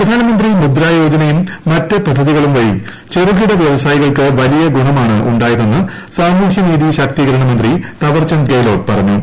പ്രധാനമന്ത്രി മുദ്ര യോജനയും മറ്റ് പദ്ധതികളും വഴി ചെറുകിട വ്യവസായികൾക്ക് വലിയ ഗുണമുണ്ടായെന്ന് സാമൂഹ്യനീതി ശാക്തീകരണമന്ത്രി തവർചന്ദ് ഗെലോട്ട് പറഞ്ഞു